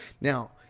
Now